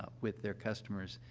but with their customers,